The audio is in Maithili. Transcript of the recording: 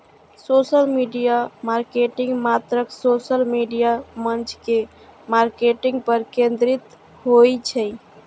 सोशल मीडिया मार्केटिंग मात्र सोशल मीडिया मंच के मार्केटिंग पर केंद्रित होइ छै